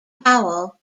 powell